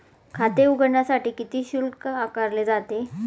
खाते उघडण्यासाठी किती शुल्क आकारले जाते?